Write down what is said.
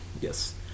yes